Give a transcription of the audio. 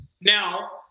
Now